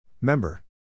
Member